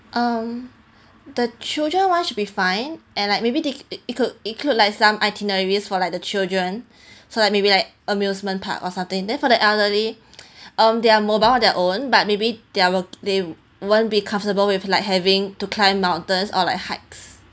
um the children one should be fine and like maybe they include include like some itineraries for like the children so like maybe like amusement park or something then for the elderly um their mobile their own but maybe there are they won't be comfortable with like having to climb mountains or like hikes